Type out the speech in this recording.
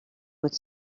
would